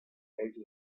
lleis